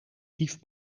dief